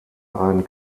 einen